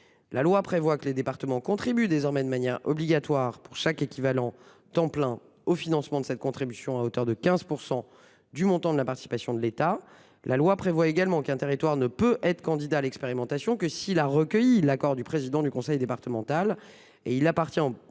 La loi prévoit que les départements contribuent désormais de manière obligatoire, pour chaque équivalent temps plein, au financement de cette contribution à hauteur de 15 % du montant de la participation de l'État. Elle prévoit également qu'un territoire ne peut être candidat à l'expérimentation que s'il a recueilli l'accord du président du conseil départemental. Il appartient au